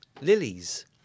lilies